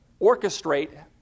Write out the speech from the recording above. orchestrate